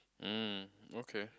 um okay